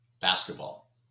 Basketball